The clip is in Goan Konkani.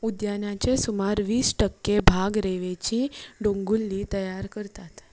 उद्यानाचे सुमार वीस टक्के भाग रेंवेची डोंगुल्ली तयार करतात